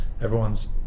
everyone's